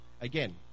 Again